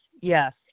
Yes